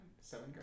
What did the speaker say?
Seven